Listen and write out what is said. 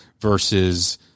versus